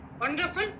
wonderful